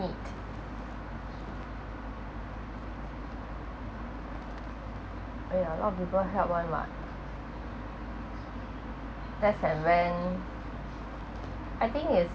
need !aiya! a lot of people help [one] [what] wheres and when I think is